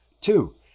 Two